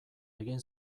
egin